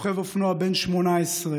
רוכב אופנוע בן 18,